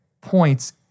points